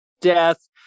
death